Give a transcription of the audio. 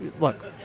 Look